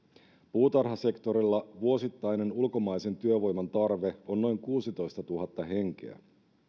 puutarhasektorilla vuosittainen ulkomaisen työvoiman tarve on noin kuusitoistatuhatta henkeä